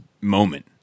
moment